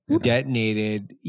detonated